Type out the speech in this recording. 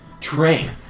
Train